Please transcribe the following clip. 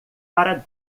para